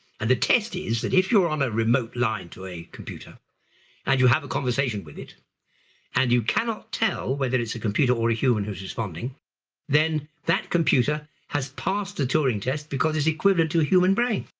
and the test is that if you're on a remote line to a computer and you have a conversation with it and you cannot tell whether it's a computer or a human who's responding then that computer has passed the turing test, because it's equivalent to a human brain.